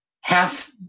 half